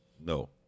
No